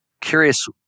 Curious